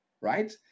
right